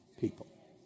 people